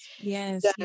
yes